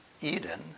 Eden